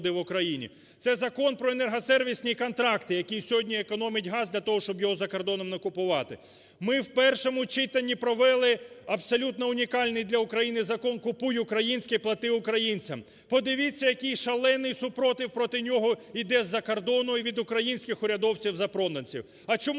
доходи в Україні, це Закон про енергосервісні контракти, який сьогодні економить газ для того, щоб його за кордоном не купувати. Ми в першому читанні провели абсолютно унікальний для України Закон "Купуй українське, плати українцям". Подивіться, який шалений супротив проти нього іде із-за кордону і від українських урядовців запроданців. А чому